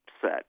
set